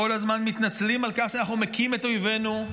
כל הזמן מתנצלים על כך שאנחנו מכים את אויבינו,